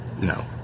No